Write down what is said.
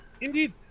Indeed